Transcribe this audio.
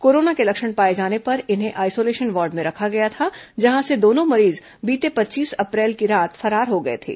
corona के लक्षण पाए जाने पर इन्हें आईसोलेशन वार्ड में रखा गया था जहां से दोनों मरीज बीते पच्चीस अप्रैल की रात फरार हो गए थे